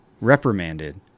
reprimanded